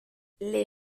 les